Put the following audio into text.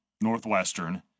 northwestern